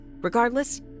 Regardless